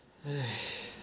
!hais!